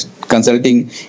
consulting